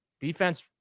defense